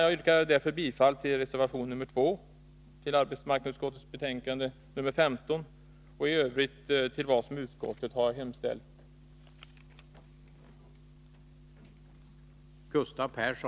Med anledning av det anförda yrkar jag bifall till reservation 2, som är fogad vid arbetsmarknadsutskottets betänkande 15, samt i övrigt till utskottets hemställan.